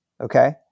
Okay